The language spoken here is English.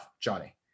Johnny